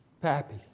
Pappy